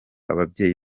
ababyeyi